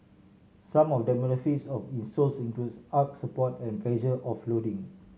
some of the of insoles includes arch support and pressure offloading